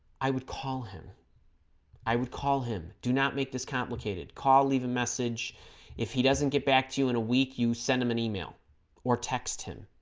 i would call him i would call him do not make this complicated call leave a message if he doesn't get back to you in a week you send him an email or text him